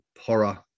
horror